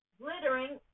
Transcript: glittering